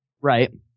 right